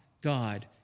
God